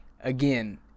Again